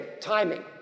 timing